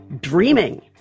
Dreaming